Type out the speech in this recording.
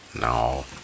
No